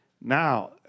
Now